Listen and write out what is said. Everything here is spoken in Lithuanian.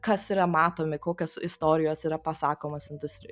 kas yra matomi kokios istorijos yra pasakomos industrijoj